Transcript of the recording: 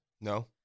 No